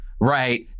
right